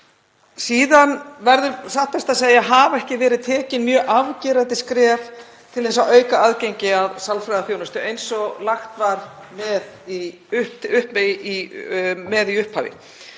Síðan, satt best að segja, hafa ekki verið tekin mjög afgerandi skref til að auka aðgengi að sálfræðiþjónustu eins og lagt var upp með í upphafi.